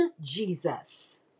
Jesus